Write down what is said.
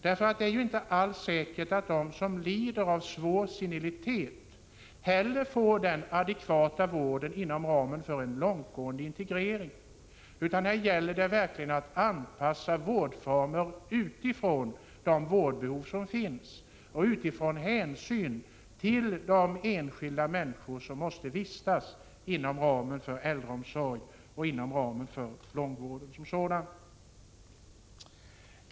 Det är ju inte alls säkert att de som lider av svår senilitet heller får den adekvata vården inom ramen för en långtgående integrering, utan här gäller det verkligen att anpassa vårdformerna utifrån de vårdbehov som finns och utifrån hänsyn till de enskilda människor som måste vistas inom äldreomsorgen och inom långvården som sådan.